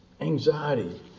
anxiety